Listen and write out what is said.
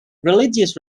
religious